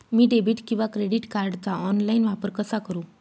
मी debit किंवा credit कार्डचा online वापर कसा करु?